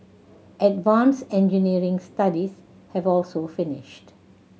advance engineering studies have also finished